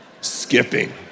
skipping